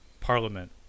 parliament